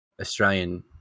Australian